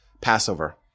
Passover